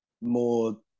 more